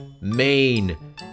Maine